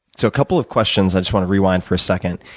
so, a couple of questions. i just want to rewind for a second.